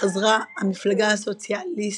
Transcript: חזרה המפלגה הסוציאליסיטית,